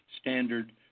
Standard